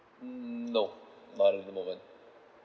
mm no not at the moment